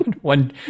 One